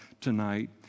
tonight